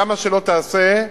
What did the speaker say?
כמה שלא תעשה,